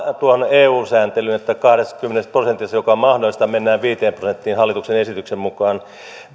eu sääntelyyn kahdestakymmenestä prosentista joka on mahdollista mennään viiteen prosenttiin hallituksen esityksen mukaan